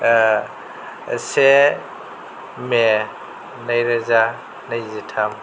से मे नैरोजा नैजिथाम